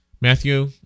Matthew